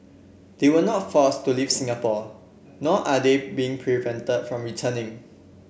they were not forced to leave Singapore nor are they being prevented from returning